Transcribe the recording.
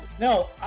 No